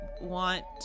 want